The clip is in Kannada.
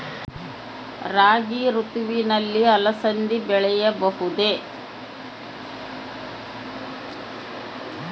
ರಾಭಿ ಋತುವಿನಲ್ಲಿ ಅಲಸಂದಿ ಬೆಳೆಯಬಹುದೆ?